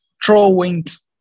drawings